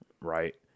right